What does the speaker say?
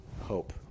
hope